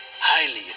Highly